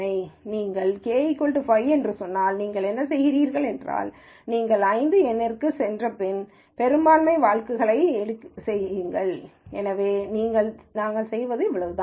இப்போது நீங்கள் k 5 என்று சொன்னால் நீங்கள் என்ன செய்கிறீர்கள் என்றால் நீங்கள் 5 எண்களுக்குச் சென்று பின்னர் பெரும்பான்மை வாக்குகளைச் செய்யுங்கள் எனவே நாங்கள் செய்வது அவ்வளவுதான்